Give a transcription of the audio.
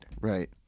Right